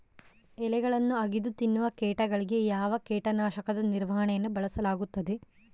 ಎಲೆಗಳನ್ನು ಅಗಿದು ತಿನ್ನುವ ಕೇಟಗಳಿಗೆ ಯಾವ ಕೇಟನಾಶಕದ ನಿರ್ವಹಣೆಯನ್ನು ಬಳಸಲಾಗುತ್ತದೆ?